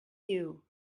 you